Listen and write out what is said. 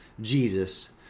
Jesus